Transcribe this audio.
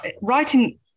writing